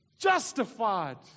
justified